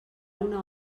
una